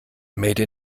made